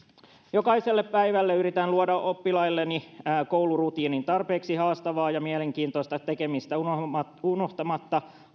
jokaiselle päivälle yritän luoda oppilailleni koulurutiinin tarpeeksi haastavaa ja mielenkiintoista tekemistä unohtamatta unohtamatta